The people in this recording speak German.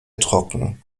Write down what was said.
trocken